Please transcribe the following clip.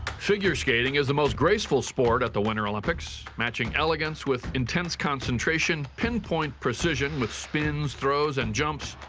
figure skating is the most graceful sport at the winter olympics, matching elegance with intense concentration, pinpoint precision with spins, throws and jumps,